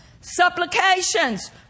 supplications